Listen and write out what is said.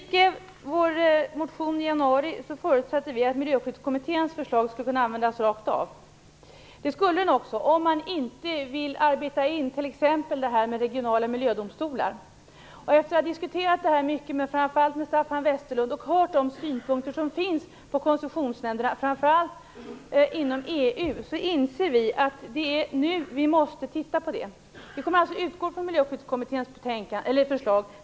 Herr talman! När vi skrev vår motion i januari förutsatte vi att Miljöskyddskommitténs förslag skulle kunna användas rakt av. Det skulle den också, om man inte vill arbeta in t.ex. regionala miljödomstolar. Efter att ha diskuterat frågan mycket framför allt med Staffan Westerlund och hört synpunkterna från koncessionsnämnderna framför allt inom EU inser vi att vi nu måste se över det här. Vi kommer att utgå från Miljöskyddskommitténs förslag.